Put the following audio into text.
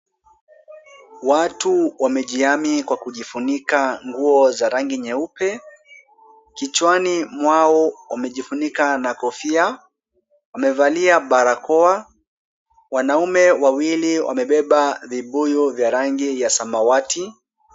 Watu wamejihami kwa kujifunika nguo za rangi nyeupe. Kichwani mwao wamejifunika na kofia. Wamevalia barakoa. Wanaume wawili wamebeba vibuyu vya rangi ya samawati.